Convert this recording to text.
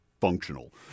functional